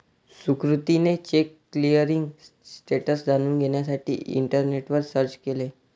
सुकृतीने check clearing status जाणून घेण्यासाठी इंटरनेटवर सर्च केले